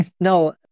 No